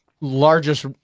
largest